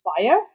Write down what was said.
Fire